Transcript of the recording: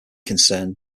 concerned